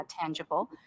tangible